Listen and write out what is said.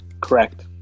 Correct